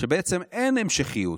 שבעצם אין המשכיות.